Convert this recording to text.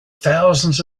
thousands